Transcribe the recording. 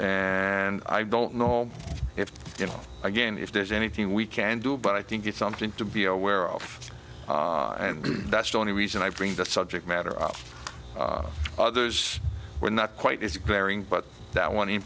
and i don't know if you know again if there's anything we can do but i think it's something to be aware of and that's the only reason i bring the subject matter up others were not quite as but that one in